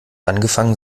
angefangen